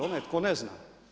Onaj tko ne zna.